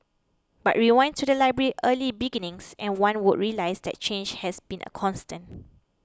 but rewind to the library's early beginnings and one would realise that change has been a constant